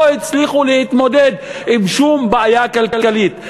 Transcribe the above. לא הצליחו להתמודד עם שום בעיה כלכלית.